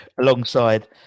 alongside